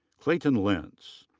kleyton lentz.